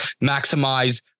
maximize